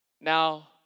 Now